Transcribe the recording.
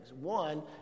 One